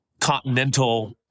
continental